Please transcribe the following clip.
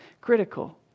critical